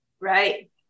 Right